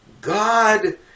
God